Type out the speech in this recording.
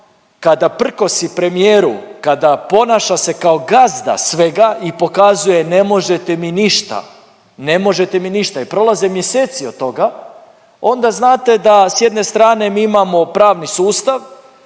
kada prkosi premijeru, kada ponaša se kao gazda svega i pokazuje ne možete mi ništa, ne možete mi ništa i prolaze mjeseci od toga, onda znate da s jedne strane mi imamo pravni sustav